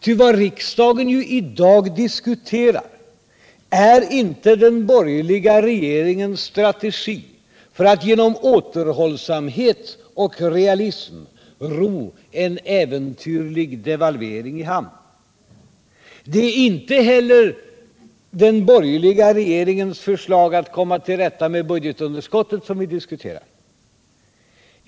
Ty vad riksdagen i dag diskuterar är inte den borgerliga regeringens strategi för att genom återhållsamhet och realism ro en äventyrlig devalvering i hamn. Det är inte heller den borgerliga regeringens förslag att komma till rätta med det stora budgetunderskottet som vi diskuterar.